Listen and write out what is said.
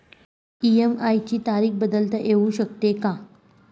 EMI ची तारीख बदलता येऊ शकते का?